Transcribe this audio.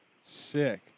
Sick